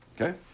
Okay